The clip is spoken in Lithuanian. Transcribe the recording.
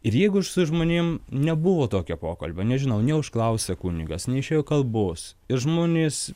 ir jeigu su žmonėm nebuvo tokio pokalbio nežinau neužklausia kunigas neišėjo kalbos ir žmonės